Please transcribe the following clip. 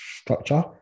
structure